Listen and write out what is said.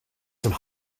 some